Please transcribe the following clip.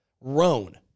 Roan